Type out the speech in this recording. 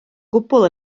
gwbl